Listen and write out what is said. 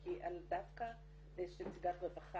כי דווקא שנציגת רווחה,